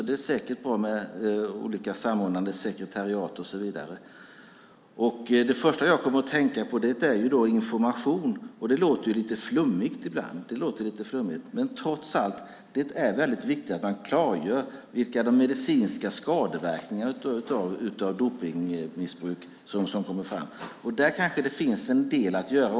Det är säkert bra med olika samordnande sekretariat och så vidare. Det första som jag kommer att tänka på är information. Det låter lite flummigt ibland. Men trots allt är det väldigt viktigt att man klargör de medicinska skadeverkningarna av dopningsmissbruk. Där kanske det finns en del att göra.